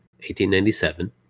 1897